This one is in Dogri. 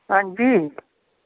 हां जी